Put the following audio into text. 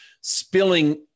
spilling